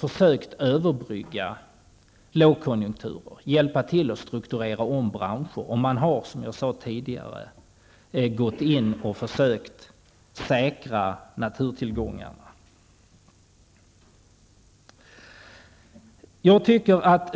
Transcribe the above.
försökt överbrygga lågkonjunkturen och hjälpa till att strukturera om branscher. Ibland har man haft framgång, men ibland har man misslyckats. Som jag sade tidigare har man försökt säkra naturtillgångarna.